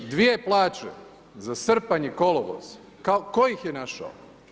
Dvije plaće, za srpanj i kolovoz, tko ih je našao?